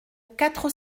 quatre